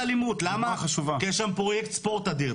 למה, כי יש שם פרוייקט ספורט אדיר.